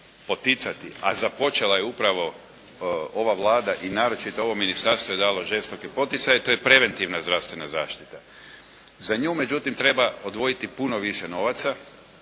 poticati a započela je upravo ova Vlada i naročito ovo Ministarstvo je dalo žestoke poticaje to je preventivna zdravstvena zaštita. Za nju međutim treba odvojiti puno više novaca